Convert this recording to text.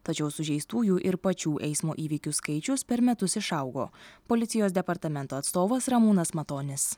tačiau sužeistųjų ir pačių eismo įvykių skaičius per metus išaugo policijos departamento atstovas ramūnas matonis